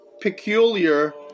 peculiar